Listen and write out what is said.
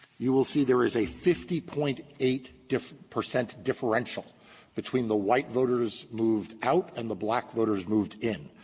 you will see there is a fifty point eight percent differential between the white voters moved out and the black voters moved in.